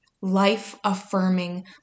life-affirming